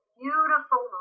beautiful